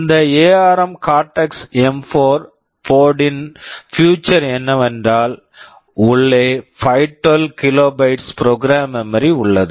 இந்த ARM Cortex M 4 ARM Cortex M4 board board ன் feature feature என்னவென்றால் உள்ளே 512 kilobytes kilobytes program memory program memory உள்ளது